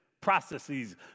processes